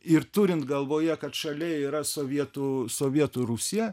ir turint galvoje kad šalia yra sovietų sovietų rusija